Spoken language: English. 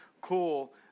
cool